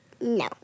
No